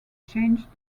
changed